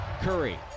Curry